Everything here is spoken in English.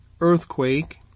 earthquake